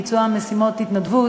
ביצוע משימות התנדבות,